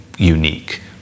unique